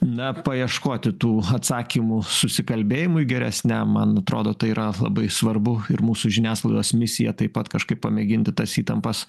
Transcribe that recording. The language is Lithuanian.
na paieškoti tų atsakymų susikalbėjimui geresniam man atrodo tai yra labai svarbu ir mūsų žiniasklaidos misija taip pat kažkaip pamėginti tas įtampas